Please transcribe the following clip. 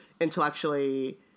intellectually